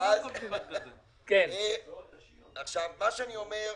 מה שאני אומר,